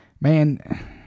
Man